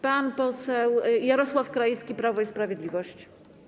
Pan poseł Jarosław Krajewski, Prawo i Sprawiedliwość.